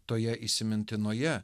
toje įsimintinoje